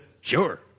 Sure